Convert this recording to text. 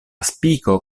spiko